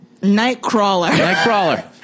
Nightcrawler